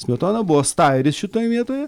smetona buvo stajeris šitoje vietoje